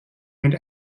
and